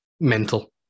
mental